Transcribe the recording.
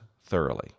thoroughly